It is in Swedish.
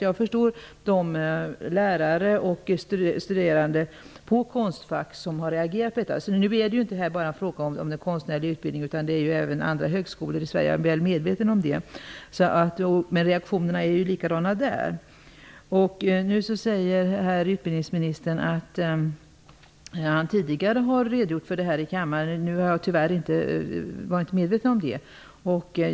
Jag förstår de lärare och de studerande på Konstfack som har reagerat. Det här är dock en fråga som inte bara gäller den konstnärliga utbildningen. Jag är väl medveten om att frågan gäller även andra högskolor i Sverige. Reaktionerna är likadana där. Utbildningsministern sade att han tidigare har redogjort för denna fråga i kammaren. Jag var tyvärr inte medveten om det.